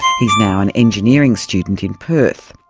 he's now an engineering student in perth.